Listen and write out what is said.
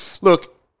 look